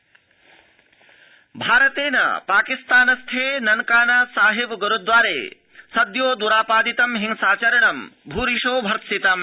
भारत पाक भारतेन पाकिस्तानस्थे नानकाना साहिब गुरूद्वारे सद्योद्रापादितं हिंसाचरणे भूरिशो भर्त्संतम्